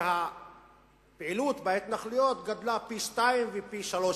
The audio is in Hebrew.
שהפעילות בהתנחלויות גדלה פי-שניים ואפילו פי-שלושה.